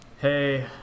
Hey